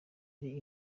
ariko